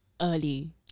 early